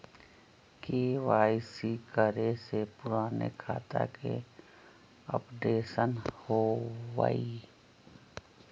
KYC करें से पुराने खाता के अपडेशन होवेई?